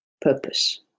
purpose